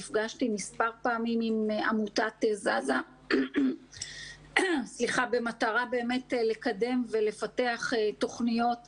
נפגשתי מספר פעמים עם עמותת "זזה" במטרה לקדם ולפתח באמת תוכניות חדשות,